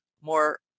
more